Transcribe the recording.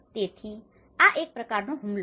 તેથી આ એક પ્રકારનો હુમલો છે